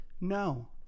no